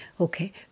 Okay